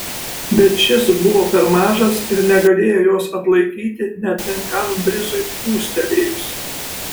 bet šis buvo per mažas ir negalėjo jos atlaikyti net menkam brizui pūstelėjus